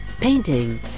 painting